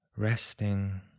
Resting